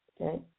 Okay